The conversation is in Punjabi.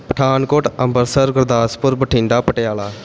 ਪਠਾਨਕੋਟ ਅੰਮ੍ਰਿਤਸਰ ਗੁਰਦਾਸਪੁਰ ਬਠਿੰਡਾ ਪਟਿਆਲਾ